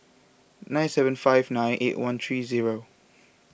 nine seven five nine eight one three zero